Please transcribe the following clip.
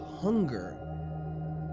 hunger